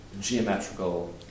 geometrical